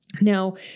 Now